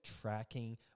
tracking